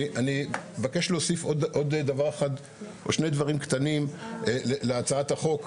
אני מבקש להוסיף עוד שני דברים קטנים להצעת החוק.